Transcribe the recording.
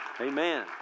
Amen